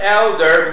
elder